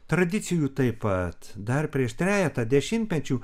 tradicijų taip pat dar prieš trejetą dešimtmečių